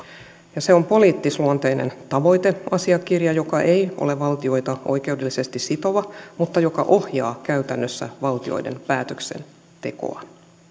ja se on poliittisluonteinen tavoiteasiakirja joka ei ole valtioita oikeudellisesti sitova mutta joka ohjaa käytännössä valtioiden päätöksentekoa